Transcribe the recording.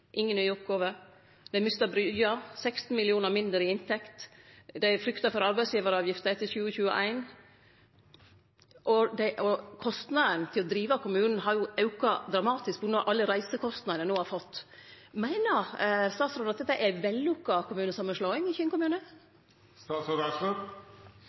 dei har mista Bryggja, 16 mill. kr mindre i inntekt, dei fryktar for arbeidsgivaravgifta etter 2021, og kostnadene for å drive kommunen har auka dramatisk på grunn av alle reisekostnadene dei no har fått. Meiner statsråden at dette er vellykka kommunesamanslåing i